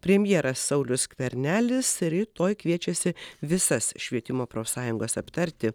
premjeras saulius skvernelis rytoj kviečiasi visas švietimo profsąjungas aptarti